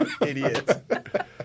Idiot